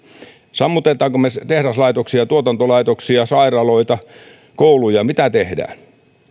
sammutammeko me tehdaslaitoksia tuotantolaitoksia sairaaloita kouluja mitä tehdään